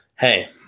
hey